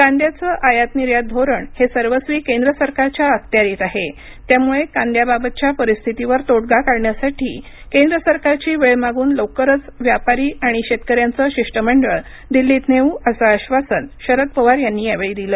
कांद्याचं आयात निर्यात धोरण हे सर्वस्वी केंद्र सरकारच्या अखत्यारीत आहे त्यामुळे कांद्याबाबतच्या परिस्थितीवर तोडगा काढण्यासाठी केंद्र सरकारची वेळ मागून लवकरच व्यापारी आणि शेतकऱ्यांचं शिष्टमंडळ दिल्लीत नेऊ असं आश्वासन शरद पवार यांनी यावेळी दिलं